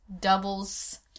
doubles